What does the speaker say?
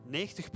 90%